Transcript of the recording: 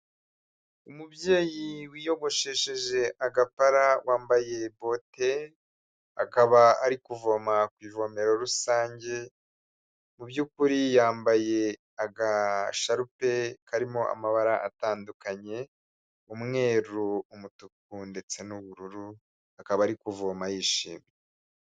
Umubyeyi wiyogoshesheje agapara wambaye bote, akaba ari kuvoma ku ivomero rusange, mu by'ukuri yambaye agasharupe karimo amabara atandukanye, umweru, umutuku ndetse n'ubururu, akaba ari kuvoma yishimye.